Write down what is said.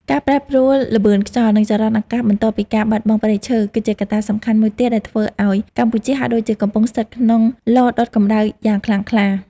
ការប្រែប្រួលល្បឿនខ្យល់ និងចរន្តអាកាសបន្ទាប់ពីការបាត់បង់ព្រៃឈើ គឺជាកត្តាសំខាន់មួយទៀតដែលធ្វើឱ្យកម្ពុជាហាក់ដូចជាកំពុងស្ថិតក្នុងឡដុតកម្ដៅយ៉ាងខ្លាំងក្លា។